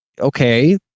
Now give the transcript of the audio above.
Okay